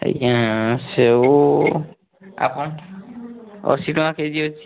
ଆଜ୍ଞା ସେଓ ଆପଣ ଅଶୀ ଟଙ୍କା କେ ଜି ଅଛି